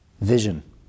vision